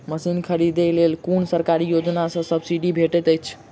Machine खरीदे लेल कुन सरकारी योजना सऽ सब्सिडी भेटैत अछि?